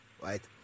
Right